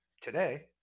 today